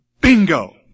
Bingo